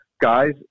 guys